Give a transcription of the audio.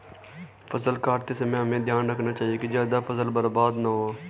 फसल काटते समय हमें ध्यान रखना चाहिए कि ज्यादा फसल बर्बाद न हो